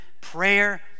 prayer